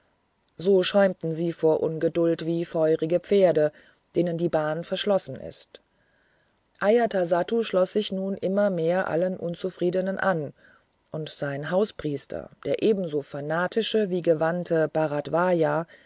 so schäumten sie vor ungeduld wie feurige pferde denen die bahn verschlossen ist ajatasattu schloß sich nun immer mehr allen unzufriedenen an und sein hauspriester der ebenso fanatische wie gewandte bharadvaja